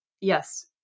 Yes